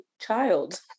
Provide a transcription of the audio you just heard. child